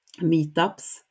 meetups